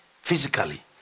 physically